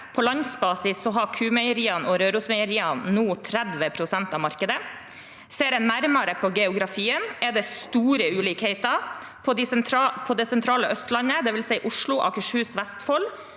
På landsbasis har Q-Meieriene og Rørosmeieriet nå 30 pst. av markedet. Ser en nærmere på geografien, er det store ulikheter. På det sentrale Østlandet, dvs. Oslo, Akershus og Vestfold,